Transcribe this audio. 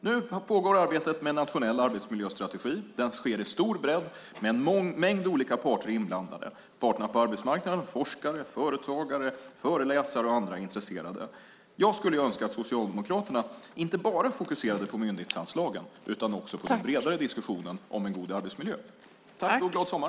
Nu pågår arbetet med den nationella arbetsmiljöstrategin. Det sker med stor bredd och med en mängd olika parter inblandade - parterna på arbetsmarknaden, forskare, företagare, föreläsare och andra intresserade. Jag skulle önska att Socialdemokraterna inte bara fokuserade på myndighetsanslagen utan också på den bredare diskussionen om en god arbetsmiljö. Tack och glad sommar!